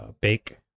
Bake